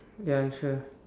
ya sure